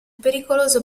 pericoloso